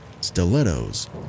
Stilettos